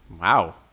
Wow